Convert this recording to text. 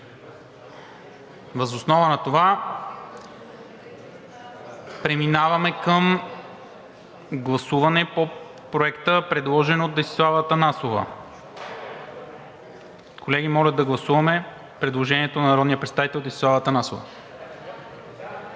Въз основа на това преминаваме към гласуване по Проекта, предложен от Десислава Атанасова. Колеги, моля да гласуваме предложението на народния представител Десислава Атанасова.